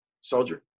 soldier